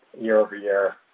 year-over-year